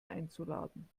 einzuladen